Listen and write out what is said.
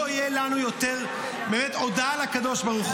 לא תהיה לנו באמת יותר הודיה לקדוש ברוך